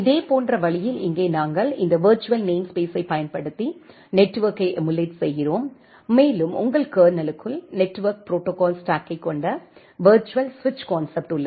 இதேபோன்ற வழியில் இங்கே நாங்கள் இந்த விர்ச்சுவல் நேம்ஸ்பேஸைப் பயன்படுத்தி நெட்வெர்க்கை எமுலேட் செய்கிறோம் மேலும் உங்கள் கர்னலுக்குள் நெட்வெர்க் ப்ரோடோகால் ஸ்டாக்கைக் கொண்ட விர்ச்சுவல் ஸ்விட்சு கான்செப்ட் உள்ளது